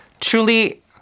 truly